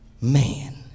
man